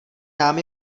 nám